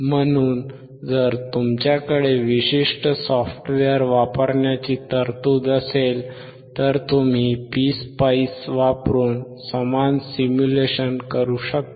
म्हणून जर तुमच्याकडे विशिष्ट सॉफ्टवेअर वापरण्याची तरतूद असेल तर तुम्ही PSpice वापरून समान सिम्युलेशन करू शकता